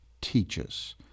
teaches